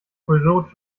peugeot